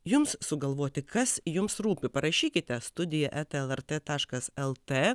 jums sugalvoti kas jums rūpi parašykite studija eta lrt taškas lt